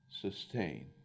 sustain